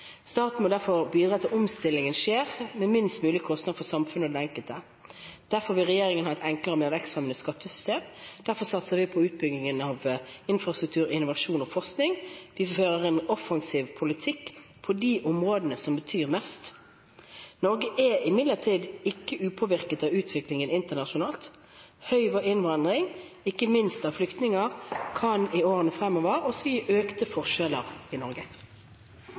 Staten må derfor samtidig bidra til at omstillingen skjer med minst mulig kostnad for samfunnet og for den enkelte. Derfor vil regjeringen ha et enklere og mer vekstfremmende skattesystem. Derfor satser vi på utbygging av infrastruktur, innovasjon og forskning. Vi fører en offensiv politikk på de områdene som betyr mest. Norge er imidlertid ikke upåvirket av utviklingen internasjonalt. Høy innvandring, ikke minst av flyktninger, kan i årene fremover også gi økte forskjeller i Norge.